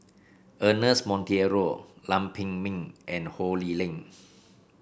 Ernest Monteiro Lam Pin Min and Ho Lee Ling